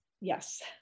yes